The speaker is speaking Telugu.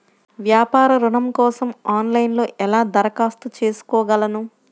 వ్యాపార ఋణం కోసం ఆన్లైన్లో ఎలా దరఖాస్తు చేసుకోగలను?